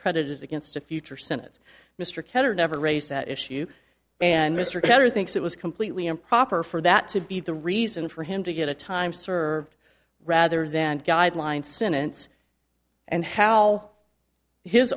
credited against a future senates mr katter never raised that issue and mr katter thinks it was completely improper for that to be the reason for him to get a time served rather than guideline sentence and how his